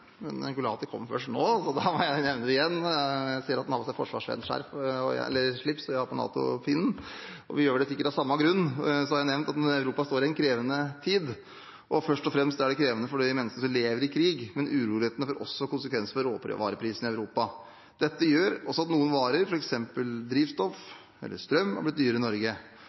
kom først nå, må jeg nevne det igjen – jeg ser at han har på seg forsvarsslip, og jeg har på meg NATO-pin, og vi gjør det sikkert av samme grunn – står Europa i en krevende tid. Det er først og fremst krevende for de menneskene som lever i krigen, men urolighetene får også konsekvenser for råvareprisene i Europa. Dette gjør at noen varer, f.eks. drivstoff og strøm, har blitt dyrere i Norge.